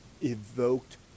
evoked